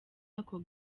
ako